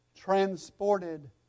transported